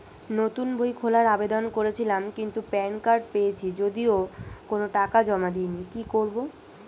নতুন বই খোলার আবেদন করেছিলাম কিন্তু প্যান কার্ড পেয়েছি যদিও কোনো টাকা জমা দিইনি কি করব?